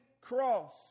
cross